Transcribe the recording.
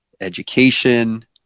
education